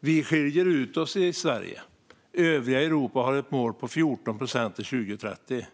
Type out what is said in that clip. Vi skiljer ut oss i Sverige. Övriga Europa har ett mål på 14 procent till 2030.